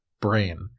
brain